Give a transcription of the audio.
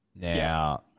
Now